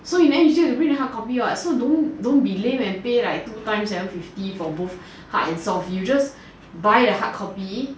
so in the end you still need to bring the hardcopy what so don't be lame and pay like two times seven fifty for both hard and soft you just buy the hardcopy